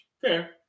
Fair